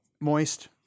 moist